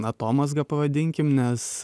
atomazga pavadinkim nes